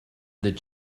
did